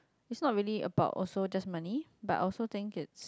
is not really about also just money but also think it's